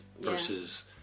versus